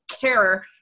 care